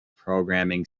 programming